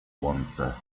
łące